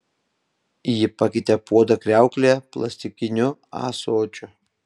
ji pakeitė puodą kriauklėje plastikiniu ąsočiu